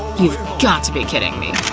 you've got to be kidding me!